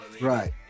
Right